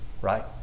Right